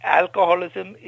alcoholism